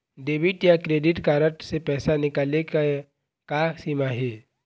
Debit या credit card से पैसा निकाले के का सीमा हे?